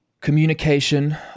communication